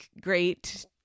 great